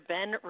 Ben